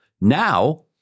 Now –